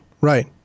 right